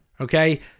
Okay